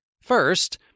First